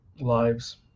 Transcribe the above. lives